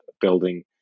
building